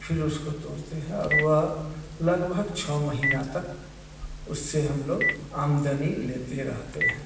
फिर उसको तोड़ते हैं और वह लगभग छः महीना तक उससे हम लोग आमदनी लेते रहते हैं